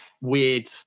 weird